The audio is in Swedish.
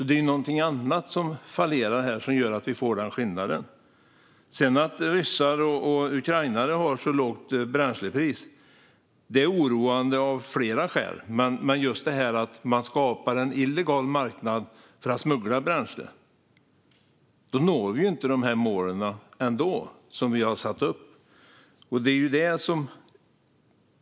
Det är någonting annat som fallerar här och som gör att vi får denna skillnad. Att ryssar och ukrainare har så lågt bränslepris är oroande av flera skäl. Men just att man skapar en illegal marknad för att smuggla bränsle gör att vi ändå inte når de mål som vi har satt upp.